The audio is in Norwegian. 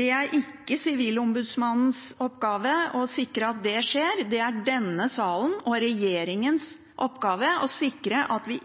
Det er ikke Sivilombudsmannens oppgave å sikre at det skjer. Det er denne salens og regjeringens oppgave å sikre at vi